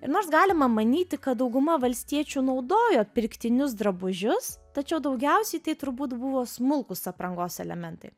ir nors galima manyti kad dauguma valstiečių naudojo pirktinius drabužius tačiau daugiausiai tai turbūt buvo smulkūs aprangos elementai